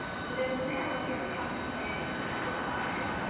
so then from there, once you have your content planned and your table of contents,